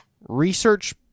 research